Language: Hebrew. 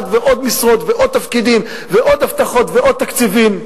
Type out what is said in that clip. ועוד משרות ועוד תפקידים ועוד הבטחות ועוד תקציבים.